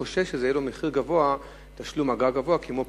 כי הוא חושש שזה יהיה מחיר גבוה כמו פינוי.